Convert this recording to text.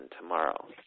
tomorrow